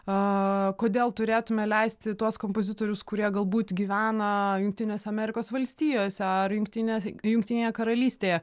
a kodėl turėtumėme leisti tuos kompozitorius kurie galbūt gyvena jungtinėse amerikos valstijose ar jungtinės jungtinėje karalystėje